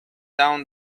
down